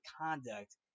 conduct